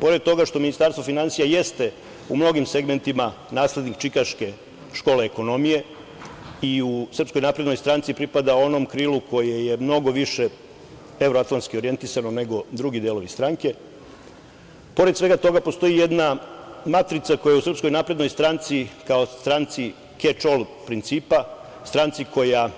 Pored toga što Ministarstvo finansija jeste u mnogim segmentima naslednik Čikaške škole ekonomije i u SNS pripada onom krilu koje je mnogo više evroatlanski orijentisano nego drugi delovi stranke, pored svega toga postoji jedna matrica koja u SNS kao stranci „keč ol“ principa, stranci koja